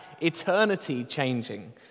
eternity-changing